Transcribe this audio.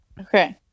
okay